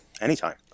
anytime